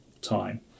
time